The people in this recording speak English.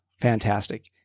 fantastic